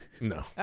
no